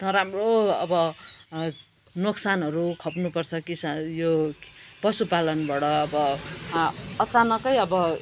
नराम्रो अब नोक्सानहरू खप्नुपर्छ किसा यो पशुपालनबाट अब अचानकै अब